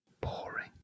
Boring